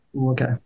Okay